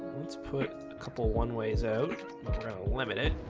let's put a couple one ways out limit it